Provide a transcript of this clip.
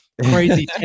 crazy